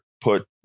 put